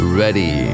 ready